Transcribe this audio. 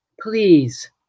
Please